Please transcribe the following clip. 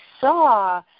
saw